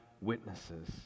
witnesses